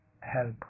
help